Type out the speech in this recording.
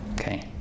Okay